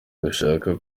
dushaka